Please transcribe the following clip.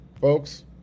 Folks